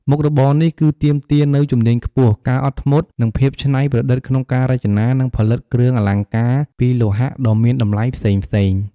មុខរបរនេះ គឺទាមទារនូវ ជំនាញខ្ពស់ ការអត់ធ្មត់ និងភាពច្នៃប្រឌិត ក្នុងការរចនា និងផលិតគ្រឿងអលង្ការពីលោហៈដ៏មានតម្លៃផ្សេងៗ។